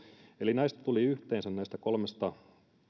eli näistä kolmesta tuli yhteensä